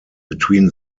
between